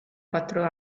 quattro